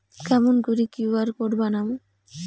কেমন করি QR code বানাম?